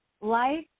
life